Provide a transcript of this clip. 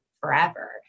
forever